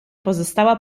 pozostała